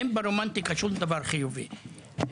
אין ברומנטיקה שום דבר שקשור לרצח.